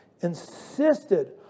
insisted